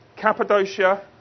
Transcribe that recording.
Cappadocia